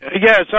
Yes